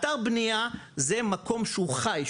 אתר בנייה זה מקום שהוא חי,